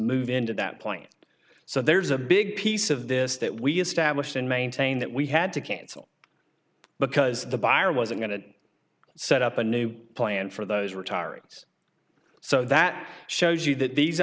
move into that point so there's a big piece of this that we established and maintain that we had to cancel because the buyer wasn't going to set up a new plan for those retirees so that shows you that these